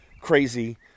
crazy